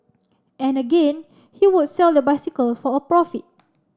and again he would sell the bicycle for a profit